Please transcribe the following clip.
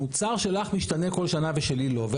המוצר שלך משתנה כל שנה ושלי לא.